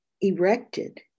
erected